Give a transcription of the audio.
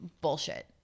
bullshit